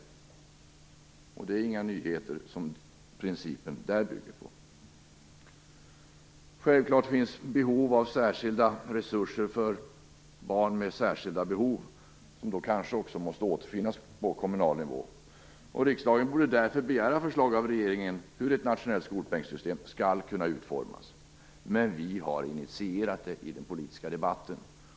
Det är alltså inga nyheter som den principen bygger på. Självfallet behövs särskilda resurser till barn med särskilda behov, som kanske måste återfinnas på kommunal nivå. Riksdagen borde därför begära förslag av regeringen om hur ett nationellt skolpengsystem skall kunna utformas. Moderaterna har initierat systemet i den politiska debatten.